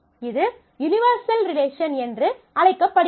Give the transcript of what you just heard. இது universal relation என்று அழைக்கப்படுகிறது